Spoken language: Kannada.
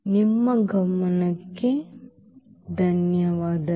ನಿಮ್ಮ ಗಮನಕ್ಕೆ ಧನ್ಯವಾದಗಳು